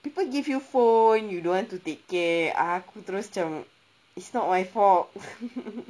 people give you phone you don't want to take care aku terus macam it's not my fault